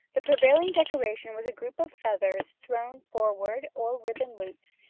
the prevailing decoration was a group of feathers thrown forward or ribbon loops,